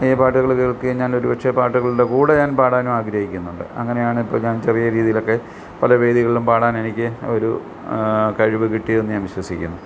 ഈ പാട്ടുകള് കേൾക്കുകയും ഞാനൊരു ഉച്ച പാട്ടുകളുടെ കൂടെ ഞാൻ പാടാനുവാഗ്രഹിക്കുന്നുണ്ട് അങ്ങനെയാണിപ്പം ഞാൻ ചെറിയ രീതിയിലൊക്കെ പല വേദികളിലും പാടാനെനിക്ക് ഒരു കഴിവ് കിട്ടിയതെന്ന് ഞാൻ വിശ്വസിക്കുന്നു